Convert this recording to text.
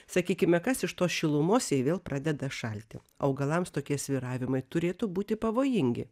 sakykime kas iš tos šilumos jei vėl pradeda šalti augalams tokie svyravimai turėtų būti pavojingi